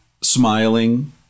smiling